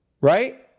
Right